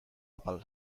apal